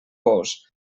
vós